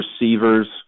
receivers